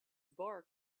bark